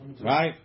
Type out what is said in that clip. right